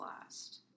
last